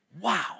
Wow